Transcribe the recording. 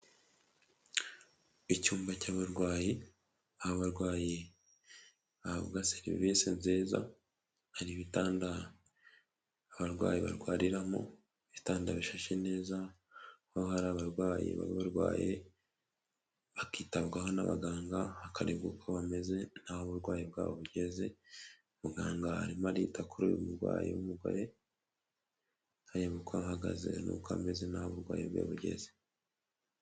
Icyumba cy'abarwayi, aba barwayi bahabwa serivisi nziza, hari ibida abarwayi barwariramo bitanda bishashe neza ko hari abarwayi baba barwaye bakitabwaho n'abaganga, bakarebwa uko bameze naho uburwayi bwabo bugeze, muganga harimo arita kuri uyu murwayi w'umugore habukwa ahagaze n'uko ameze nabi burwayi bwe bugeze.